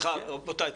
רבותיי,